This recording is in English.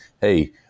hey